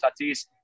Tatis